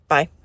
Bye